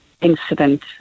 incident